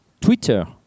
Twitter